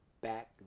back